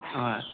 ꯍꯣꯏ